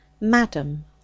Madam